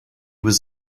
was